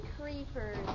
creepers